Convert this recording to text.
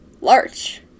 larch